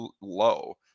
low